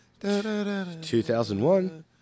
2001